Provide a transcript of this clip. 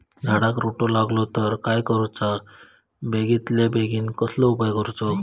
झाडाक रोटो लागलो तर काय करुचा बेगितल्या बेगीन कसलो उपाय करूचो?